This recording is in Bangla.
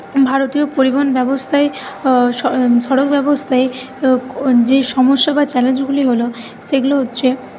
ভারতীয় পরিবহন ব্যবস্থায় স সড়ক ব্যবস্থায় যে সমস্যা বা চ্যালেঞ্জগুলি হল সেগুলো হচ্ছে